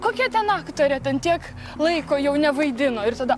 kokia ten aktorė ten tiek laiko jau nevaidino ir tada